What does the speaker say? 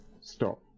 stop